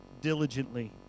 diligently